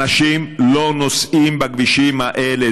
אנשים לא נוסעים בכבישים האלה.